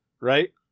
right